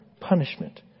punishment